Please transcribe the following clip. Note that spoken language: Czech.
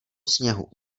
sněhu